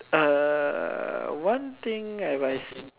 err one thing have I